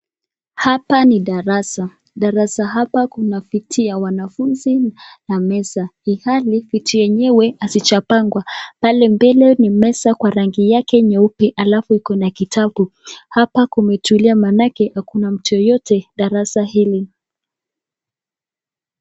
Hapa ni darasa, darasa hapa kuna viti ya wanafunzi na meza ilhali viti nyenyewe hazijapangwa pale mbele ni meza kwa rangi yake nyeupe alafu kuna kitabu, hapa kumetulia manake hakuna mtu yeyote darasa hili.